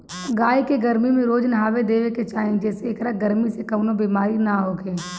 गाई के गरमी में रोज नहावा देवे के चाही जेसे एकरा गरमी से कवनो बेमारी ना होखे